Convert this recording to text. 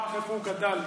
שכח איפה הוא גדל.